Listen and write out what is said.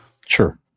Sure